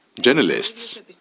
Journalists